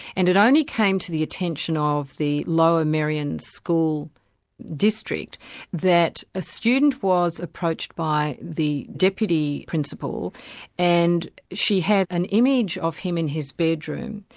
and it only came to the attention of the lower merionschool district that a student was approached by the deputy principal and she had an image of him in his bedroom,